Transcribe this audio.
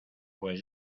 pues